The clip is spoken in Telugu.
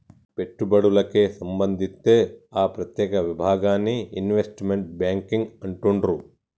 పెట్టుబడులకే సంబంధిత్తే ఆ ప్రత్యేక విభాగాన్ని ఇన్వెస్ట్మెంట్ బ్యేంకింగ్ అంటుండ్రు